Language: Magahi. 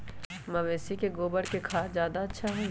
मवेसी के गोबर के खाद ज्यादा अच्छा होई?